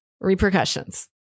repercussions